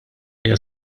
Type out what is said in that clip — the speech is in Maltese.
hija